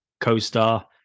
co-star